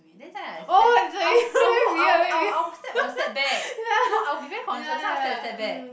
to me that's why I stand I will I will walk I will I will I will step a step back no I'll be very conscious so I'll step a step back